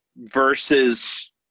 versus